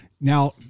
Now